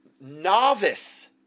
novice